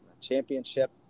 championship